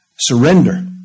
Surrender